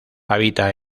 habita